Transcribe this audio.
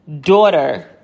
daughter